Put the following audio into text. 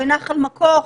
בנחל מכוך,